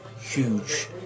huge